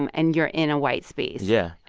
um and you're in a white space yeah.